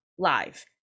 live